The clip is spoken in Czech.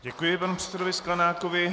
Děkuji panu předsedovi Sklenákovi.